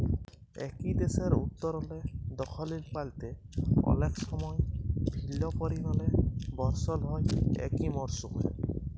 একই দ্যাশের উত্তরলে দখ্খিল পাল্তে অলেক সময় ভিল্ল্য পরিমালে বরসল হ্যয় একই মরসুমে